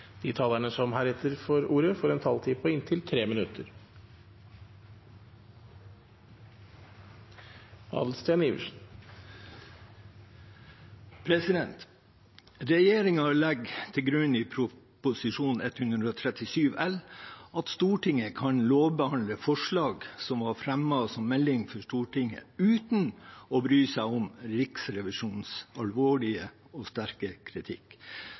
grunn i Prop. 137 L for 2020–2021 at Stortinget kan lovbehandle forslag som var fremmet som melding for Stortinget, uten å bry seg om Riksrevisjonens alvorlige og sterke kritikk